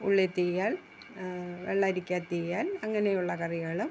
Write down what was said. ഉള്ളിത്തീയൽ വെള്ളരിക്കതീയൽ അങ്ങനെ ഉള്ള കറികളും